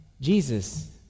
Jesus